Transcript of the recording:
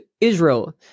Israel